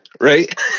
right